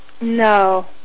No